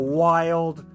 wild